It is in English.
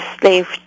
slave